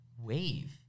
wave